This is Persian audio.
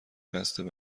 قصد